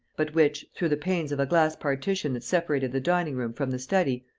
but which, through the panes of a glass partition that separated the dining-room from the study,